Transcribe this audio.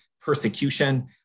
persecution